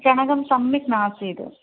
चणकं सम्यक् नासीद्